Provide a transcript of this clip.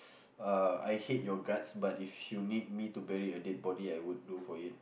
uh I hate your guts but if you need me to bury a dead body I would do for it